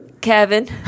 Kevin